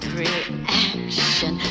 reaction